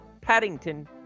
Paddington